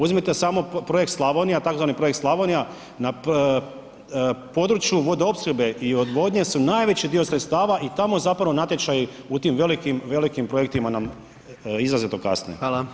Uzmite samo projekt Slavnija, tzv. projekt Slavonija na području vodoopskrbe i odvodnje su najveći dio sredstava i tamo zapravo natječaji u tim velikim, velikim projektima nam izrazito kasne.